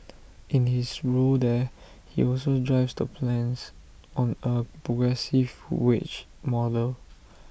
in his role there he also drives the plans on A progressive wage model